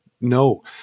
No